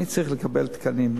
אני צריך לקבל תקנים.